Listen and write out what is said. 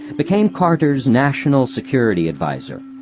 became carter's national security adviser.